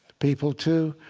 people too.